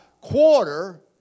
quarter